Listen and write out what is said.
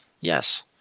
Yes